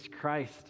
Christ